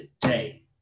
today